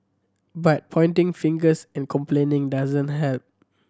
but pointing fingers and complaining doesn't help